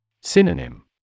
Synonym